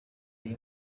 iyi